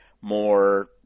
more